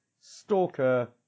Stalker